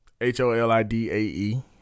H-O-L-I-D-A-E